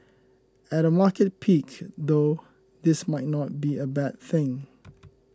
at a market peak though this might not be a bad thing